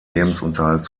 lebensunterhalt